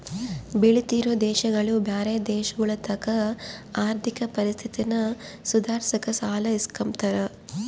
ಬೆಳಿತಿರೋ ದೇಶಗುಳು ಬ್ಯಾರೆ ದೇಶಗುಳತಾಕ ಆರ್ಥಿಕ ಪರಿಸ್ಥಿತಿನ ಸುಧಾರ್ಸಾಕ ಸಾಲ ಇಸ್ಕಂಬ್ತಾರ